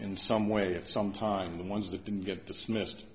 in some way of some time the ones that didn't get dismissed